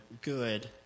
good